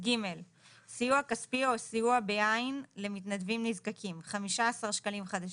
סיוע כספי או סיוע בעין למתנדבים נזקקים - 15 שקלים חדשים,